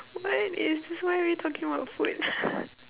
what is why are we talking about food